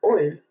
oil